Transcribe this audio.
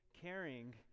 caring